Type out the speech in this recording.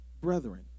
brethren